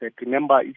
Remember